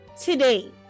today